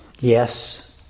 yes